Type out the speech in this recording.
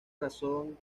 razón